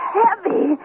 heavy